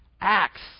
acts